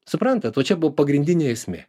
suprantat va čia buvo pagrindinė esmė